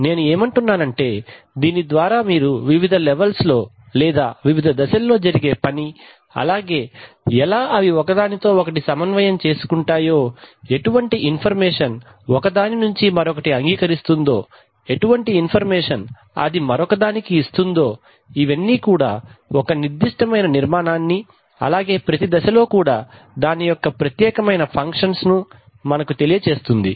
నేను ఏమంటున్నానంటే దీని ద్వారా మీరు వివిధ లెవల్స్ లో లేదా వివిధ దశల్లో జరిగే పని అలాగే ఎలా అవి ఒకదానితో ఒకటి సమన్వయం చేసుకుంటాయో ఎటువంటి ఇన్ఫర్మేషన్ ఒకదాని నుంచి మరొకటి అంగీకరిస్తుందో ఎటువంటి ఇన్ఫర్మేషన్ అది మరొక దానికి ఇస్తుందో ఇవన్నీ కూడా నిర్దిష్టమైన నిర్మాణాన్ని అలాగే ప్రతి దశలో కూడా దాని యొక్క ప్రత్యేకమైన ఫంక్షన్స్ ను మనకు తెలియచేస్తుంది